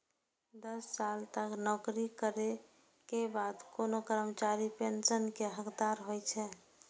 दस साल तक नौकरी करै के बाद कोनो कर्मचारी पेंशन के हकदार होइ छै